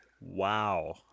Wow